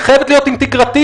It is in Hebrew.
היא חייבת להיות אינטגרטיבית.